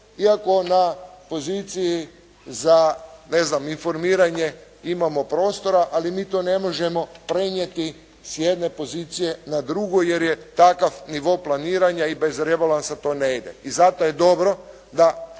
iako na poziciji za ne znam informiranje imamo prostora, ali mi to ne možemo prenijeti s jedne pozicije na drugu jer je takav nivo planiranja i bez rebalansa to ne ide. I zato je dobro da